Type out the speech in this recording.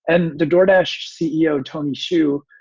and the jordache ceo, tony schuh,